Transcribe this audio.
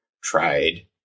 tried